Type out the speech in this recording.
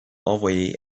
envoyé